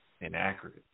inaccurate